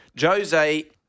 Jose